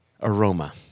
Aroma